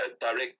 direct